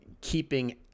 keeping